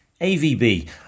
AVB